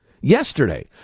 yesterday